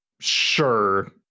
sure